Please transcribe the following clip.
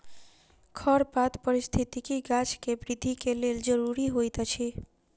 खरपात पारिस्थितिकी गाछ के वृद्धि के लेल ज़रूरी होइत अछि